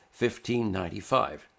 1595